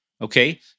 Okay